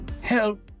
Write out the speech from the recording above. Help